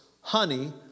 honey